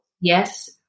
Yes